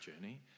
journey